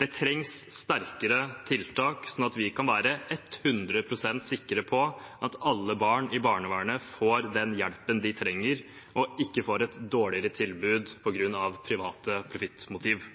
Det trengs sterkere tiltak, sånn at vi kan være ett hundre prosent sikre på at alle barn i barnevernet får den hjelpen de trenger, og ikke får et dårligere tilbud på grunn av private profittmotiv.